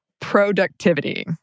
productivity